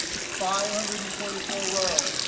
five hundred and twenty four rows.